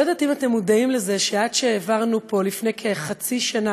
אני לא יודעת אם אתם מודעים לזה שעד שהעברנו פה לפני כחצי שנה,